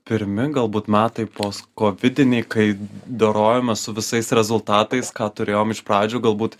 pirmi galbūt metai poskovidiniai kai dorojomės su visais rezultatais ką turėjom iš pradžių galbūt